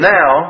Now